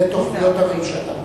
אלה תוכניות הממשלה.